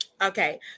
okay